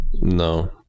No